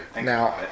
Now